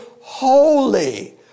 holy